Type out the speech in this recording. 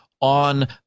on